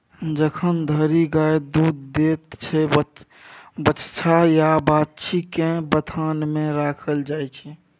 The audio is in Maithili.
जखन धरि गाय दुध दैत छै बछ्छा या बाछी केँ बथान मे राखल जाइ छै